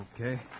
Okay